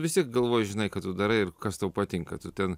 vis tiek galvoj žinai ką tu darai ir kas tau patinka tu ten